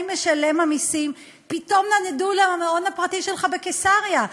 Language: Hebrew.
משלם המסים פתאום נדדו למעון הפרטי שלך בקיסריה?